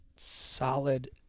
Solid